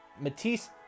Matisse